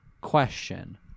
question